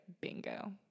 bingo